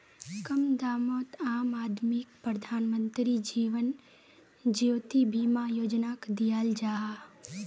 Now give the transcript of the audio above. कम दामोत आम आदमीक प्रधानमंत्री जीवन ज्योति बीमा योजनाक दियाल जाहा